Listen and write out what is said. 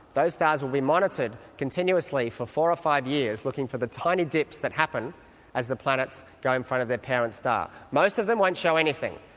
those stars are re-monitored continuously for four or five years looking for the tiny dips that happen as the planets go in front of their parent star. most of them won't show anything,